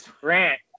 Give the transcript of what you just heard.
Grant